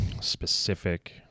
specific